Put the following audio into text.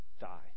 die